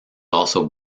also